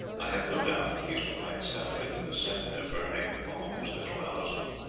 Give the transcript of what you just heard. i have no doubt that these will fight stoutly, for the sight of their burning homes has roused them,